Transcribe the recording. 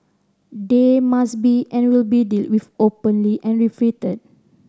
they must be and will be dealt with openly and refuted